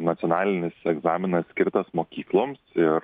nacionalinis egzaminas skirtas mokykloms ir